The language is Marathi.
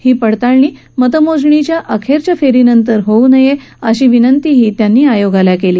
ही पडताळणी मतमोजणीच्या अखेरच्या फेरीनंतर होऊ नये अशी विनंतीही त्यांनी आयोगाला केला